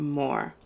more